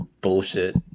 bullshit